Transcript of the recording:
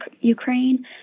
Ukraine